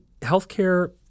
healthcare